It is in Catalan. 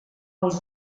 els